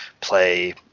play